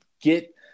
get